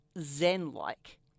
zen-like